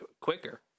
quicker